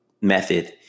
method